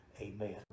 amen